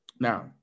Now